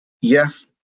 yes